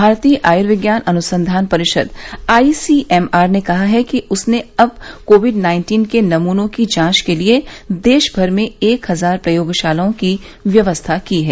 भारतीय आयुर्विज्ञान अनुसंधान परिषद आईसीएमआर ने कहा है कि उसने अब कोविड नाइन्टीन के नमूनों की जांच के लिए देशभर में एक हजार प्रयोगशालाओं की व्यवस्था की है